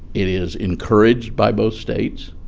it is encouraged by both states.